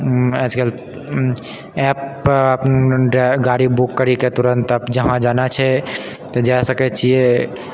आजकल ऐपपर गाड़ी बुक करी कऽ तुरत जहाँ जाना छै तऽ जा सकै छियै